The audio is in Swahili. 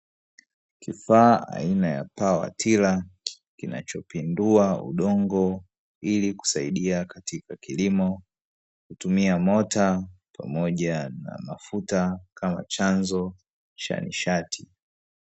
Kifaa aina ya pawatila, kinachopindua udongo, ili kusaidia katika kilimo, hutumia mota pamoja na mafuta, kama chanzo cha nishati.